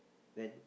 then